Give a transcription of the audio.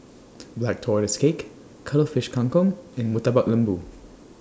Black Tortoise Cake Cuttlefish Kang Kong and Murtabak Lembu